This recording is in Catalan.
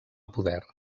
poder